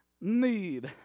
need